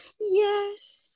yes